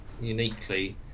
uniquely